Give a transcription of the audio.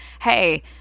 hey